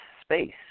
space